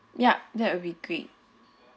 yup that would be great